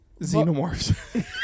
Xenomorphs